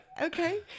Okay